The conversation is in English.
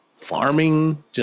farming